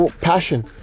passion